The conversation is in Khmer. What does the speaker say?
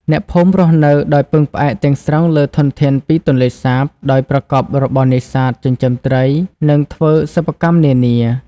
អ្នកភូមិរស់នៅដោយពឹងផ្អែកទាំងស្រុងលើធនធានពីទន្លេសាប ដោយប្រកបរបរនេសាទ ចិញ្ចឹមត្រី និងធ្វើសិប្បកម្មនានា។